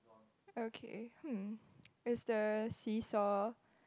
okay hmm is the seesaw